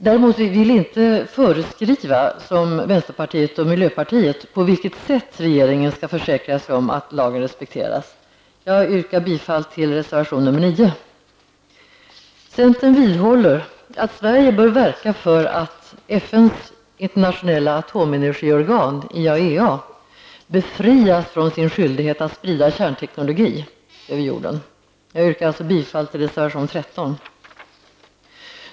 Däremot vill vi inte föreskriva, som vänsterpartiet och miljöpartiet, på vilket sätt regeringen skall försäkra sig om att lagen respekteras. Jag yrkar bifall till reservation 9. Centern vidhåller att Sverige bör verka för att FNs internationella atomenergiorgan IAEA befrias från sin skyldighet att sprida kärnteknologi över jorden. Jag yrkar bifall till reservation 13.